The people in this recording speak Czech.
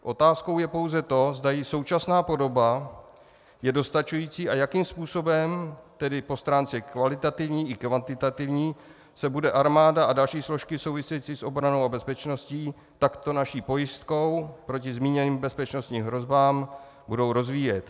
Otázkou je pouze to, zda její současná podoba je dostačující a jakým způsobem tedy po stránce kvalitativní i kvantitativní se bude armáda a další složky související s obranou a bezpečností, takto naší pojistkou proti zmíněným bezpečnostním hrozbám, rozvíjet.